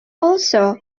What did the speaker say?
also